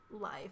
life